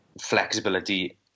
flexibility